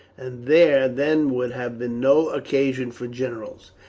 and there then would have been no occasion for generals.